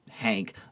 Hank